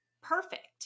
perfect